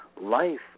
life